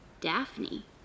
Daphne